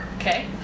Okay